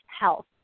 health